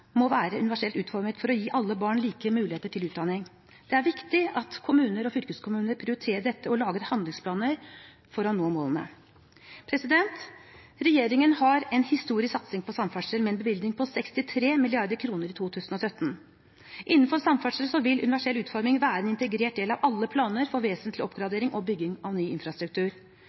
må være universelt uformet for å gi alle barn like muligheter til utdanning. Det er viktig at kommuner og fylkeskommuner prioriterer dette og lager handlingsplaner for å nå målene. Regjeringen har en historisk satsing på samferdsel, med en bevilgning på 63 mrd. kr i 2017. Innenfor samferdsel vil universell utforming være en integrert del av alle planer for vesentlig oppgradering og bygging av ny infrastruktur.